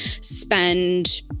spend